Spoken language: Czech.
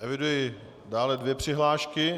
Eviduji dále dvě přihlášky.